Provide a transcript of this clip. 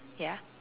ya